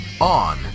on